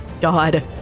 God